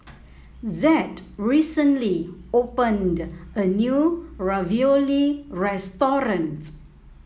Zed recently opened a new Ravioli restaurant